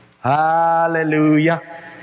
hallelujah